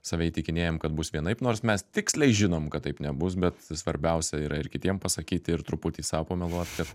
save įtikinėjam kad bus vienaip nors mes tiksliai žinom kad taip nebus bet svarbiausia yra ir kitiem pasakyti ir truputį sau pameluot kad